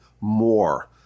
more